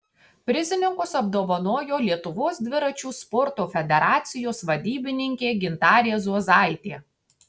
prizininkus apdovanojo lietuvos dviračių sporto federacijos vadybininkė gintarė zuozaitė